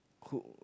cool